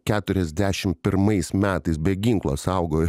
keturiasdešim pirmais metais be ginklo saugojo